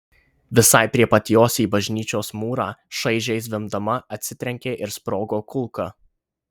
visai prie pat jos į bažnyčios mūrą šaižiai zvimbdama atsitrenkė ir sprogo kulka